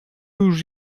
już